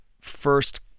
first